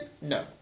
No